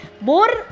More